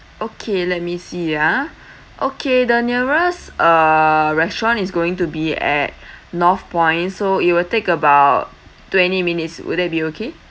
okay let me see ah okay the nearest uh restaurant is going to be at north point so it will take about twenty minutes will that be okay